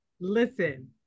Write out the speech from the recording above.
listen